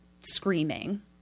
screaming